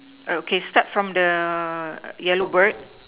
okay start from the yellow bird